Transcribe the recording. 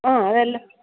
ആ അതെല്ലാം